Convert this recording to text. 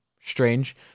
Strange